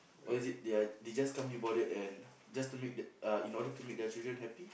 or is it they are they just can't be bothered and just to make the uh in order to make their children happy